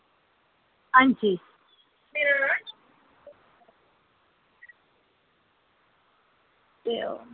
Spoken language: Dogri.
आं जी